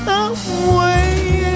away